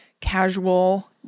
casual